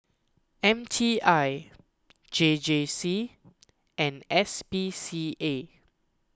M T I J J C and S P C A